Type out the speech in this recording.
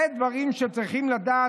אלו דברים שצריכים לדעת.